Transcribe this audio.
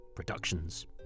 Productions